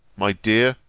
my dear,